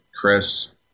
Chris